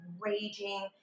raging